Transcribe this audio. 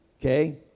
Okay